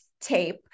tape